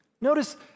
Notice